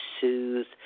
soothe